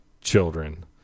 children